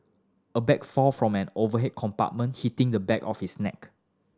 a bag fall from an overhead compartment hitting the back of his neck